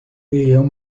ayant